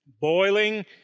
boiling